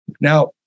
Now